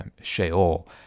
Sheol